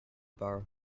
borrow